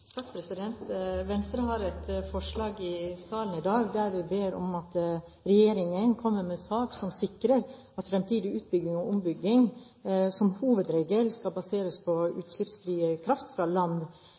Venstre har et forslag i salen i dag, der vi ber om at regjeringen kommer med en sak som sikrer at fremtidig utbygging og ombygging som hovedregel skal baseres på